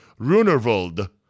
Runervold